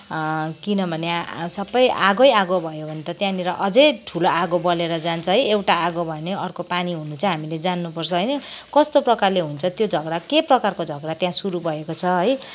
किनभने सबै आगै आगो भयो भने त त्यहाँनिर अझै ठुलो आगो बलेर जान्छ है एउटा आगो भयो भने अर्को पानी हुनु चाहिँ हामीले जान्नुपर्छ है कस्तो प्रकारले हुन्छ त्यो झगडा के प्रकारको झगडा त्यहाँ सुरु भएको छ है